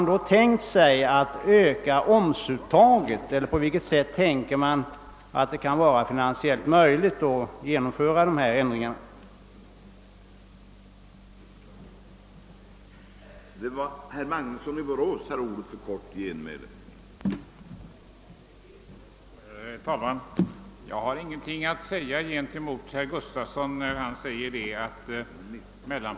Ämnar man i stället öka omsuttaget eller menar man att det ur finansiell synpunkt är möjligt att genomföra dessa höjningar på något annat sätt?